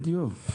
בדיוק.